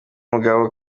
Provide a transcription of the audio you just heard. mugabo